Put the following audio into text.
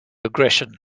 aggression